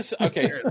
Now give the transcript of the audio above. Okay